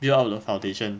build up 了 foundation